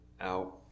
out